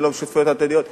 ולא בשותפויות הדדיות.